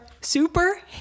super